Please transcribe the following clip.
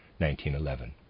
1911